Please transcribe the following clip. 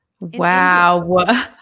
Wow